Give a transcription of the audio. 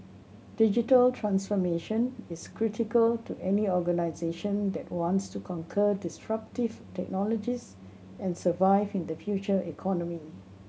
digital transformation is critical to any organisation that wants to conquer disruptive technologies and survive in the future economy